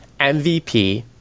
MVP